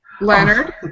Leonard